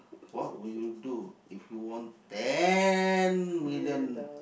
what would you do if you won ten million